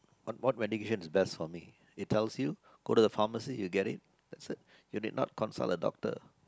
what what medicine is best for me it tells you go to the pharmacy you get it that's it you need not consult a doctor